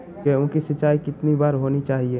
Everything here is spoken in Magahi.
गेहु की सिंचाई कितनी बार होनी चाहिए?